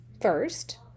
first